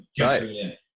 Right